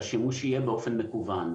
שהשימוש יהיה באופן מקוון..".